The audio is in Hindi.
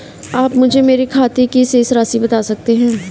आप मुझे मेरे खाते की शेष राशि बता सकते हैं?